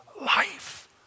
life